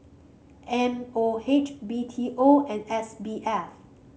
M O H B T O and S B F